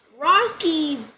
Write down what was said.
Rocky